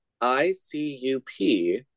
I-C-U-P